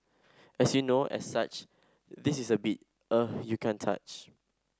as you know as such this is a beat you can't touch